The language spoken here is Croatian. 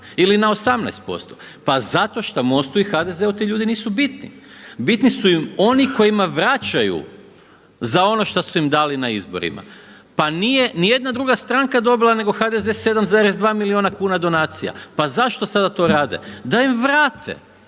ili na 18% pa zato što MOST-u i HDZ-u ti ljudi nisu bitni. Bitni su im oni kojima vraćaju za ono što su im dali na izborima, pa nije ni jedna druga stranka dobila nego HDZ 7,2 milijuna kuna donacija. Pa zašto sada to rade? Da im vrate,